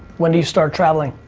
when do you start traveling?